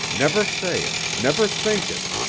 never say it, never think it.